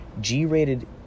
G-rated